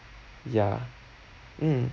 ya mm